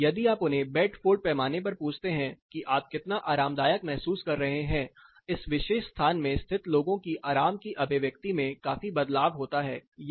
जबकि यदि आप उन्हें बेडफोर्ड पैमाने पर पूछते हैं कि आप कितना आरामदायक महसूस कर रहे हैं इस विशेष स्थान में स्थित लोगों की आराम की अभिव्यक्ति में काफी बदलाव होता है